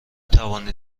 توانید